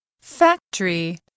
Factory